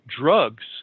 drugs